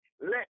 let